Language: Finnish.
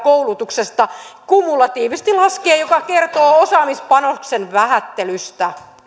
kumulatiivisesti laskien mikä kertoo osaamispanoksen vähättelystä